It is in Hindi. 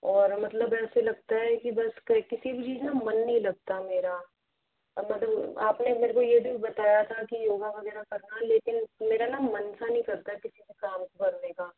और मतलब ऐसे लगता है कि बस किसी भी चीज़ का मन नहीं लगता मेरा मतलब आपने मेरे को ये भी बताया था की योगा वगैरह करना लेकिन मेरा ना मन सा नहीं करता है किसी को काम करने का